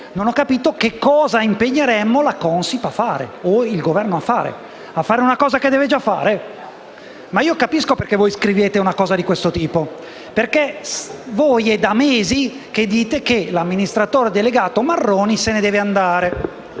non ho capito che cosa impegneremmo la Consip o il Governo a fare. Lo si impegna a fare una cosa che deve già fare? Ma io capisco perché voi scrivete una cosa di questo tipo. È da mesi che dite che l'amministratore delegato Marroni se ne deve andare.